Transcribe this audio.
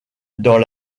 dans